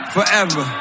Forever